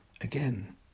again